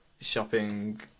shopping